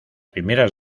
primeras